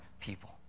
people